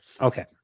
Okay